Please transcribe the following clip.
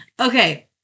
Okay